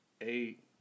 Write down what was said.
eight